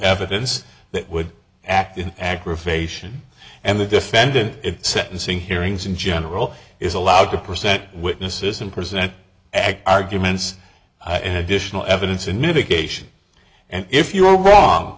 evidence that would act in aggravation and the defendant in sentencing hearings in general is allowed to present witnesses and present arguments and additional evidence in mitigation and if you are wrong